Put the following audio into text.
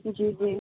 जी जी